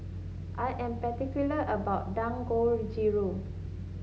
I am particular about Dangojiru